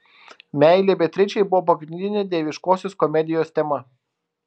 meilė beatričei buvo pagrindinė dieviškosios komedijos tema